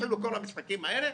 התחילו כל המשחקים האלה,